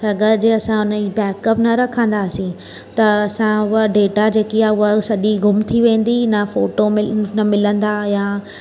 अगरि जे असां उनजी बेकअप न रखंदासी त असां उआ डेटा जेकी आहे उहा सॼी गुम थी वेंदी न फ़ोटो मिल न मिलंदा या